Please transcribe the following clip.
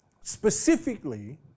specifically